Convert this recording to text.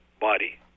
body